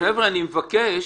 חבר'ה, אני מבקש.